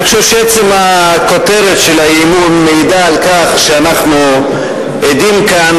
אני חושב שעצם הכותרת של האי-אמון מעיד על כך שאנחנו עדים כאן,